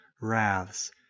wraths